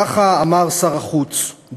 ככה אמר שר החוץ,